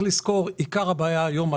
צריך לזכור שעיקר הבעיה היום היא